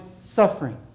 suffering